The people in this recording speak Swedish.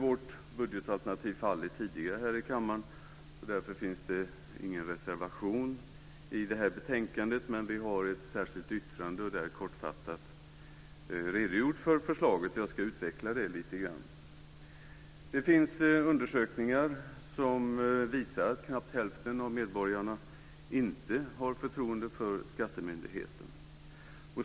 Vårt budgetalternativ har fallit tidigare här i kammaren, därför finns det ingen reservation avseende detta till det här betänkandet. Men vi har ett särskilt yttrande där vi kortfattat har redogjort för förslaget. Jag ska utveckla det lite grann. Det finns undersökningar som visar att knappt hälften av medborgarna har förtroende för skattemyndigheten.